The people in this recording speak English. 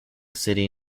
city